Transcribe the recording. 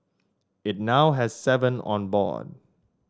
it now has seven on board